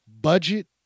budget